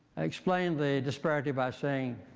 explained the disparity by saying,